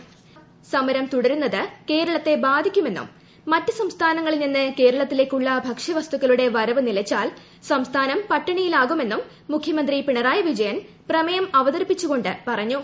കർഷക സമരം തുടരുന്നത് കേരളത്തെ ബാധിക്കുമെന്നും മറ്റു സംസ്ഥാനങ്ങളിൽ നിന്ന് കേരളത്തിലേക്കുള്ള ഭക്ഷ്യ വസ്തുക്കളുടെ വരവ് നിലച്ചാൽ കേരളം പട്ടിണിയിലാകുമെന്നും മുഖ്യമന്ത്രി പിണറായി വിജയൻ പ്രമേയം അവതരിപ്പിച്ചു കൊണ്ട് പറഞ്ഞു